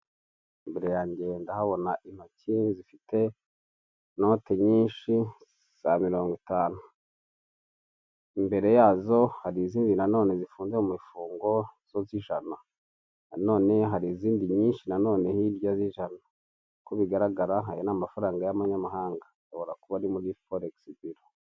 Imbere yange ndahabona intoki zifite inote nyinshi za mirongo itanu. Imbere yazo hari izindi na none zifunze mu mifungo, zo z'ijana. Na none hari izindi nyinshi na none hirya, z'ijana. Uko bigaragara, aya ni amafaranga y'amanyamahanga. Hashobora kuba ari muri forekisi biro.